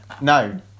no